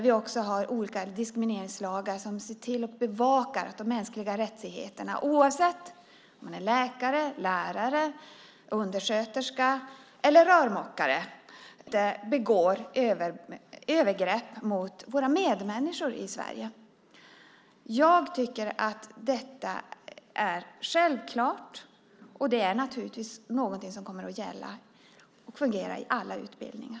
Vi har olika diskrimineringslagar som ser till att bevaka att de mänskliga rättigheterna tillvaratas oavsett om man är läkare, lärare, undersköterska eller rörmokare och att det inte begås övergrepp mot våra medmänniskor i Sverige. Jag tycker att detta är självklart, och det är naturligtvis något som kommer att gälla och fungera i alla utbildningar.